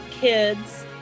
kids